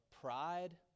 pride